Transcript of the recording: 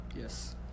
Yes